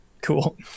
cool